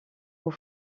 aux